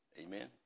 Amen